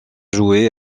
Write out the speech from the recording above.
joué